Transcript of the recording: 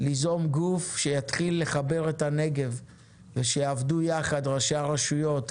ליזום גוף שיתחיל לחבר את הנגב ושיעבדו יחד ראשי הרשויות,